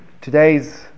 today's